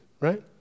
right